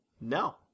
No